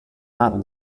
not